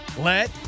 let